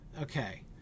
okay